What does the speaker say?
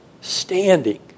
standing